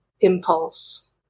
impulse